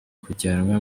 kujyanwa